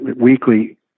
weekly